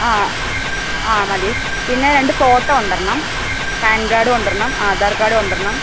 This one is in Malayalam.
ആ ആ മതി പിന്നെ രണ്ടു ഫോട്ടോ കൊണ്ടുവരണം പാൻ കാർഡ് കൊണ്ടുവരണം ആധാർ കാർഡ് കൊണ്ടുവരണം